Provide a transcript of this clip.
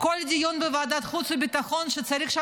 בכל דיון בוועדת החוץ והביטחון שקשור לאונר"א,